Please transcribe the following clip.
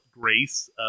grace